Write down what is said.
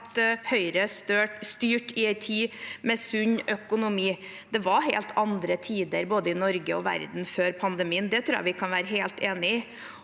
Høyre styrte i en tid med sunn økonomi. Det var helt andre tider både i Norge og i verden før pandemien. Det tror jeg vi kan være helt enige om.